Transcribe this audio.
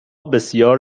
بسیار